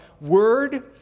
Word